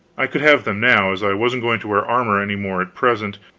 i could have them now, as i wasn't going to wear armor any more at present,